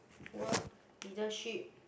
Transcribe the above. work leadership